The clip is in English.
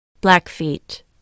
Blackfeet